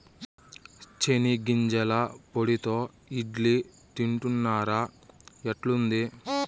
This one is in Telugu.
చెనిగ్గింజల పొడితో ఇడ్లీ తింటున్నారా, ఎట్లుంది